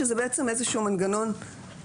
שזה בעצם מנגנון "פיקוחי",